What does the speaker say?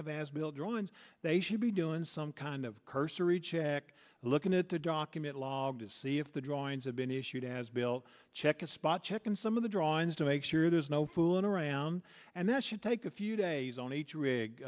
have as bill drawings they should be doing some kind of cursory check looking at the document log to see if the drawings have been issued as built check a spot check and some of the drawings to make sure there's no fooling around and that should take a few days on each rig